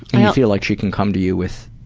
and feel like she can come to you with